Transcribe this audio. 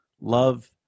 love